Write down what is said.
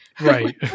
right